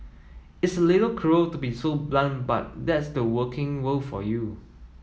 it's a little cruel to be so blunt but that's the working world for you